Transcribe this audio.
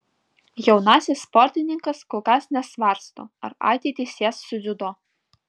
jaunasis sportininkas kol kas nesvarsto ar ateitį sies su dziudo